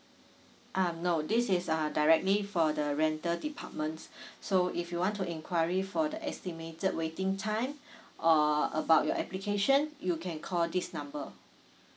um no this is uh directly for the rental department so if you want to enquiry for the estimated waiting time or about your application you can call this number